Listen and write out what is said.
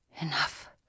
Enough